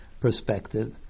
perspective